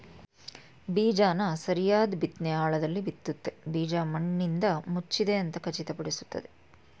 ಬೀಜನ ಸರಿಯಾದ್ ಬಿತ್ನೆ ಆಳದಲ್ಲಿ ಬಿತ್ತುತ್ತೆ ಬೀಜ ಮಣ್ಣಿಂದಮುಚ್ಚಿದೆ ಅಂತ ಖಚಿತಪಡಿಸ್ತದೆ